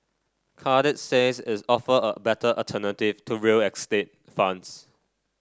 Cadre says its offer a better alternative to real estate funds